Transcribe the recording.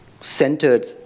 centered